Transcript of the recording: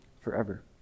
forever